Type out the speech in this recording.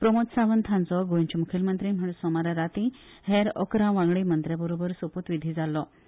प्रमोद सावंत हांचो गोंयचे मुखेलमंत्री म्हण सोमारा राती हेर अकरा वांगडी मंत्र्यांबरोबर सोपुतविधी जाछो